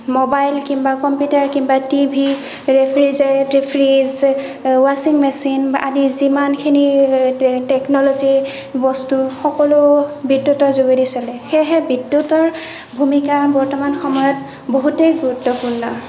mobile কিম্বা computer কিম্বা TV refrigerator fridge ৱাছিং মেচিন আদি যিমানখিনি টেকনলজি বস্তু সকলো বিদ্যুতৰ যোগেদি চলে সেয়েহে বিদ্যুতৰ ভূমিকা বৰ্তমান সময়ত বহুতেই গুৰুত্বপূৰ্ণ